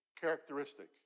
characteristic